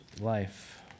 life